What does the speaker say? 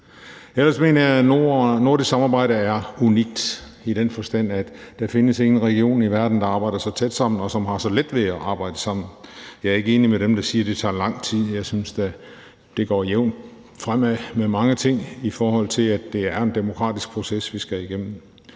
mener jeg, at nordisk samarbejde er unikt i den forstand, at der findes ingen region i verden, der arbejder så tæt sammen, og som har så let ved at arbejde sammen. Jeg er ikke enig med dem, der siger, at det tager lang tid. Jeg synes da, at det går jævnt fremad med mange ting, i forhold til at det er en demokratisk proces, vi skal igennem.